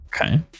Okay